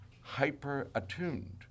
hyper-attuned